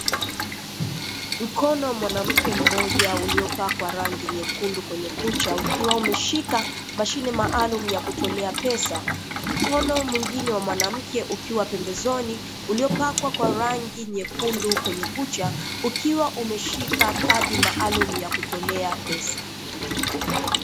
Mkono wa mwanamke mmoja uliopakwa rangi nyekundu kwenye kucha, ukiwa umeshika mashine maalumu ya kutolea pesa, mkono mwingine wa mwanamke ukiwa pembezoni, uliopakwa kwa rangi nyekundu kwenye kucha ukiwa umeshika kadi maalumu ya kutolea pesa.